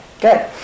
good